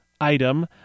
item